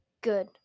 good